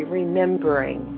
remembering